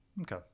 Okay